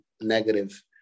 negative